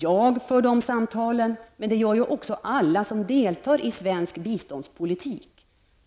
Jag för dessa samtal, men det gör även alla andra som deltar i svensk biståndspolitik.